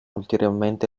ulteriormente